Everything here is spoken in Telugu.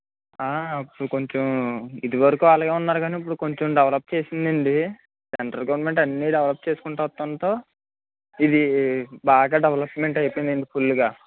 అప్పుడు కొంచెం ఇదివరకు అలాగే ఉన్నారు కానీ ఇప్పుడు కొంచెం డెవలప్ చేసింది అండి సెంట్రల్ గవర్నమెంట్ అన్ని డెవలప్ చేసుకుంటూ వస్తుండడంతో ఇది బాగా డెవలప్మెంట్ అయిపోయిందండి ఫుల్లుగా